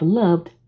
loved